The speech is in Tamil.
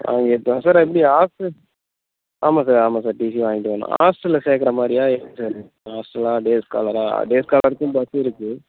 ஆ எடுத்துவாங்க சார் எப்படி ஹாஸ்டல் ஆமாம் சார் ஆமாம் சார் டிசியும் வாங்கிகிட்டு வரணும் ஹாஸ்டலில் சேர்க்குற மாதிரியா இல்லை ஹாஸ்டலா டேஸ் ஸ்காலராக டேஸ் ஸ்காலருக்கும் பஸ் இருக்கு